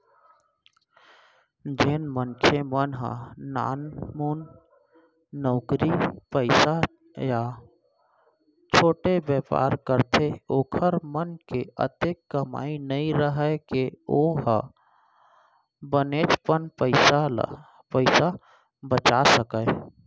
जेन मनखे मन ह नानमुन नउकरी पइसा या छोटे बयपार करथे ओखर मन के अतेक कमई नइ राहय के ओ ह बनेचपन पइसा बचा सकय